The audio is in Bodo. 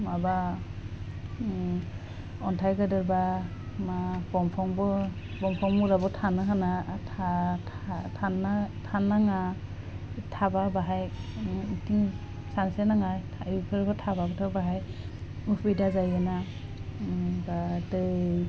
माबा उम अन्थाइ गोदोर बाह मा बंफांबो बंफां मुराबो थानो हानाय थानो नाङा थाबा बाहाय सानस्रि नाङा एफोरबो थाबाबोथ' बाहाय अखुबिदा जायोना उम बा दै